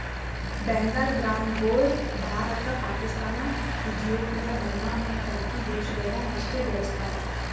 ಬೆಂಗಾಲ್ ಗ್ರಾಂಗೊಳ್ Bharat, Pakistan, Ethiopia, Burma ಮತ್ತ Turkey ದೇಶಗೊಳ್ದಾಗ್ ಅಷ್ಟೆ ಬೆಳುಸ್ತಾರ್